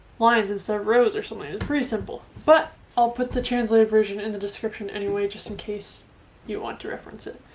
lines instead of rows or something it's pretty simple but i'll put the translated version in the description anyway just in case you want to reference it.